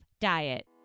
Diet